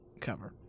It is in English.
cover